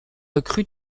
recrue